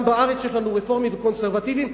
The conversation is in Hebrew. גם בארץ יש לנו רפורמים וקונסרבטיבים,